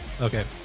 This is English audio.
Okay